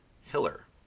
Hiller